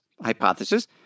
hypothesis